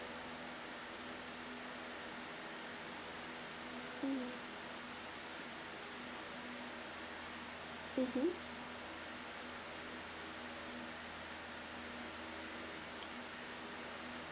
mm mmhmm